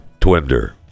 twinder